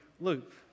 loop